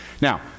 Now